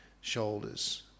shoulders